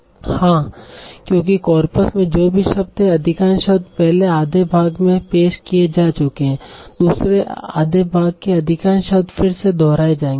हां क्योंकि कॉर्पस में जो भी शब्द थे अधिकांश शब्द पहले आधे भाग में पेश किए जा चुके हैं दूसरे आधे भाग के अधिकांश शब्द फिर से दोहराए जाएंगे